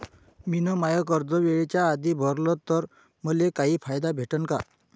मिन माय कर्ज वेळेच्या आधी भरल तर मले काही फायदा भेटन का?